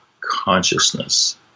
consciousness